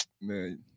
Man